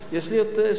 יש לי עוד שלוש,